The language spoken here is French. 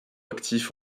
actifs